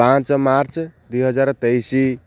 ପାଞ୍ଚ ମାର୍ଚ୍ଚ ଦୁଇ ହଜାର ତେଇଶି